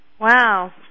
Wow